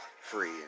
free